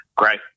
great